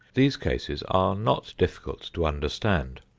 these cases are not difficult to understand.